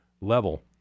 level